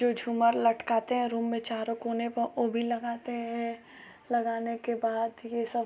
जो झूमर लटकाते हैं रूम में चारों कोने में ओ भी लगाते हैं लगाने के बाद ये सब